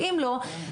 ואם לא,